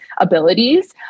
abilities